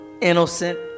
innocent